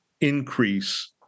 increase